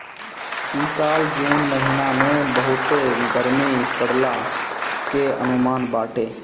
इ साल जून महिना में बहुते गरमी पड़ला के अनुमान बाटे